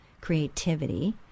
creativity